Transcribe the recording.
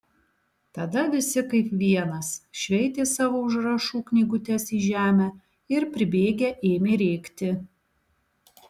tada visi kaip vienas šveitė savo užrašų knygutes į žemę ir pribėgę ėmė rėkti